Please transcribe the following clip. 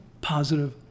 positive